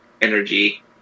energy